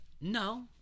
No